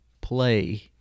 play